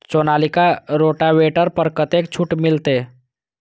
Sonalika rotavator पर कतेक छूट मिलते?